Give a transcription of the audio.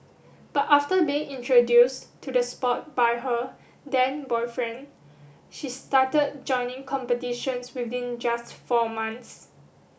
but after being introduced to the sport by her then boyfriend she started joining competitions within just four months